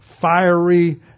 fiery